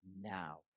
now